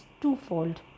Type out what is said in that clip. twofold